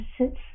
sits